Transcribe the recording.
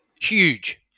Huge